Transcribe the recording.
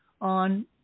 on